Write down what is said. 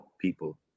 people